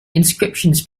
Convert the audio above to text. inscriptions